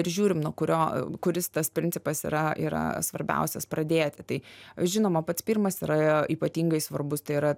ir žiūrim nuo kurio kuris tas principas yra yra svarbiausias pradėti tai žinoma pats pirmas yra ypatingai svarbus tai yra